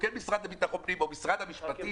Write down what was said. או כן המשרד לביטחון הפנים או משרד המשפטים.